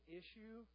issue